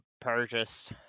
purchase